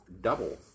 Double